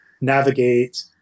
navigate